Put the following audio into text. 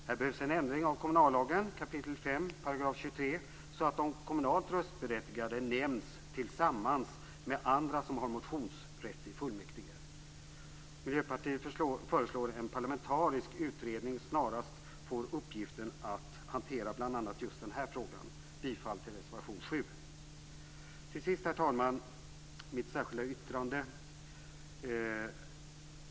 Här behövs en ändring av 5 kap. 23 § kommunallagen så att de kommunalt röstberättigade nämns tillsammans med andra som har motionsrätt i fullmäktige. Miljöpartiet föreslår att en parlamentarisk utredning snarast får uppgiften att hantera bl.a. just den här frågan. Jag yrkar bifall till reservation 7. Till sist, herr talman, vill jag ta upp mitt särskilda yttrande.